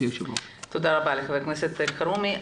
תודה ח"כ אלחרומי.